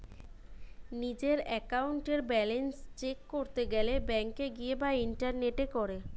নিজের একাউন্টের balance check করতে গেলে ব্যাংকে গিয়ে বা ইন্টারনেটে করে